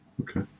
Okay